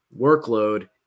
workload